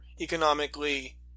economically